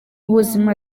buzima